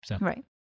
Right